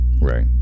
Right